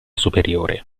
superiore